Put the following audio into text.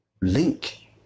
link